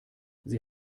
sie